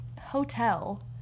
hotel